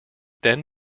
then